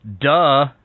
Duh